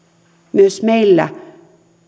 myös meillä